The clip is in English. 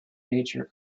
nature